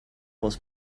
was